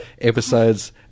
episodes